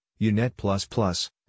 UNET